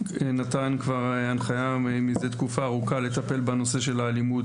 נתן כבר הנחיה מזה תקופה ארוכה לטפל בנושא של האלימות,